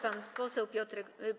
Pan poseł Piotrek.